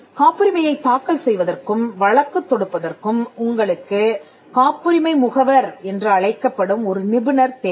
காப்புரிமையைத் தாக்கல் செய்வதற்கும் வழக்குத் தொடுப்பதற்கும் உங்களுக்குக் காப்புரிமை முகவர் என்று அழைக்கப்படும் ஒரு நிபுணர் தேவை